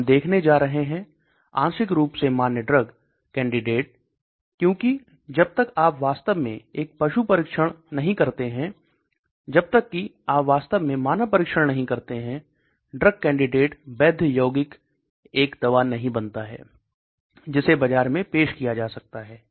हम देखने जा रहे हैं आंशिक रूप से मान्य ड्रग कैंडिडेट क्योंकि जब तक आप वास्तव में एक पशु परीक्षण नहीं करते हैं जब तक कि आप वास्तव में मानव परीक्षण नहीं करते हैं ड्रग कैंडिडेट वैध यौगिक एक दवा नहीं बनता है जिसे बाजार में पेश किया जा सकता है